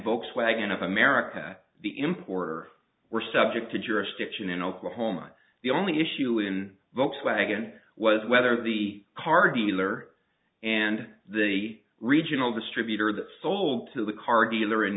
volkswagen of america the importer were subject to jurisdiction in oklahoma the only issue in volkswagen was whether the car dealer and the regional distributor that sold to the car dealer in